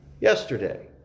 Yesterday